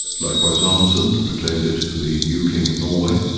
likewise amundsen proclaimed it for the new king of norway,